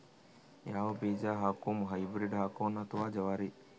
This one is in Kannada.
ಯಾವ ಬೀಜ ಹಾಕುಮ, ಹೈಬ್ರಿಡ್ ಹಾಕೋಣ ಅಥವಾ ಜವಾರಿ?